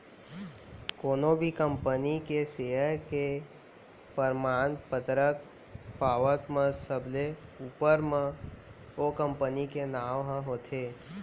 कोनो भी कंपनी के सेयर के परमान पतरक पावत म सबले ऊपर म ओ कंपनी के नांव ह होथे